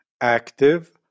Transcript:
active